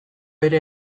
ere